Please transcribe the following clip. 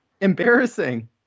embarrassing